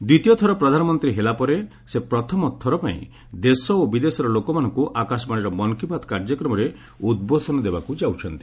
ଦ୍ୱିତୀୟ ଥର ପ୍ରଧାନମନ୍ତ୍ରୀ ହେଲା ପରେ ସେ ପ୍ରଥମ ଥରପାଇଁ ଦେଶ ଓ ବିଦେଶର ଲୋକମାନଙ୍କୁ ଆକାଶବାଣୀର ମନ୍ କୀ ବାତ୍ କାର୍ଯ୍ୟକ୍ରମରେ ଉଦ୍ବୋଧନ ଦେବାକୁ ଯାଉଛନ୍ତି